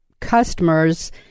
customers